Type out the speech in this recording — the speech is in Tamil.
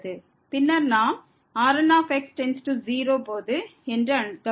பின்னர் நாம் Rn→0 போது கவனித்தோம்